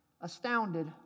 astounded